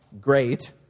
great